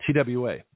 TWA